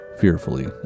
fearfully